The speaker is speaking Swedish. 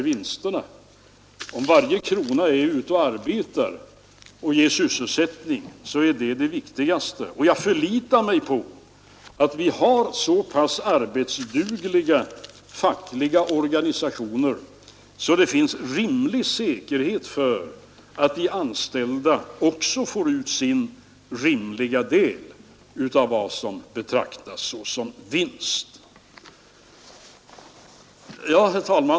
Det viktigaste är att varje krona är ute och arbetar och ger sysselsättning, och jag förlitar mig på att vi har så pass arbetsdugliga fackliga organisationer, att det finns säkerhet för att de anställda får ut sin rimliga del av det som betraktas som vinst. Herr talman!